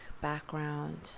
background